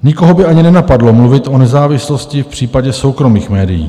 Nikoho by ani nenapadlo mluvit o nezávislosti v případě soukromých médií.